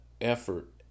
effort